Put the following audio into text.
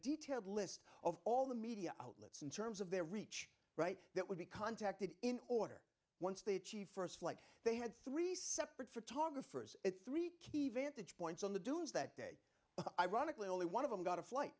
detailed list of all the media outlets in terms of their reach right that would be contacted in order once they achieve st like they had three separate photographers at three key vantage points on the dunes that day ironically only one of them got a flight